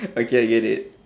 okay I get it